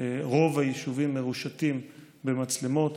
רוב היישובים מרושתים במצלמות.